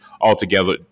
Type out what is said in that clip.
altogether